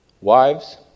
Wives